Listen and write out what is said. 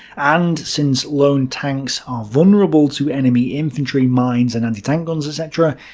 and since lone tanks are vulnerable to enemy infantry, mines and anti-tank guns etc,